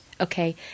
okay